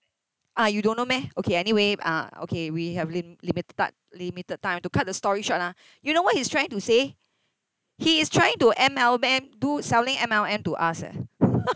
ah you don't know meh okay anyway ah okay we have lim~ limita~ limited time I have to cut the story short ah you know what he's trying to say he is trying to M_L_M do selling M_L_M to us eh